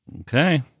Okay